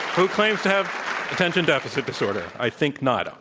who claims to have attention deficit disorder. i think not. ah